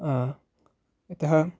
अतः